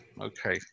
Okay